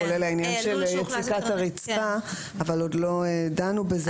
כולל העניין של יציקת הרצפה אבל עוד לא דנו בזה.